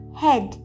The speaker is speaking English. head